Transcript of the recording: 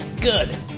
Good